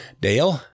Dale